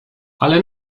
ale